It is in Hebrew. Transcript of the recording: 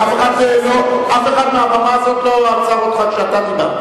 אף אחד מעל הבמה הזאת לא עצר אותך כשאתה דיברת.